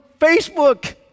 Facebook